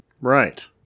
Right